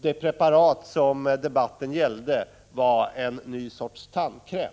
det preparat som debatten gällde var en ny sorts tandkräm.